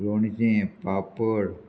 लोणचें पापड